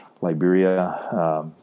Liberia